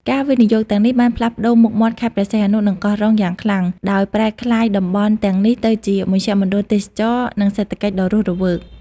ការវិនិយោគទាំងនេះបានផ្លាស់ប្ដូរមុខមាត់ខេត្តព្រះសីហនុ និងកោះរ៉ុងយ៉ាងខ្លាំង ដោយប្រែក្លាយតំបន់ទាំងនេះទៅជាមជ្ឈមណ្ឌលទេសចរណ៍ និងសេដ្ឋកិច្ចដ៏រស់រវើក។